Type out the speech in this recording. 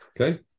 Okay